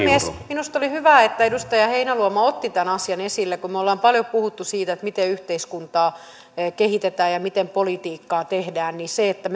minusta oli hyvä että edustaja heinäluoma otti tämän asian esille kun me olemme paljon puhuneet siitä miten yhteiskuntaa kehitetään ja ja miten politiikkaa tehdään että